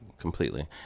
completely